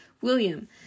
William